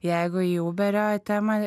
jeigu į uberio temą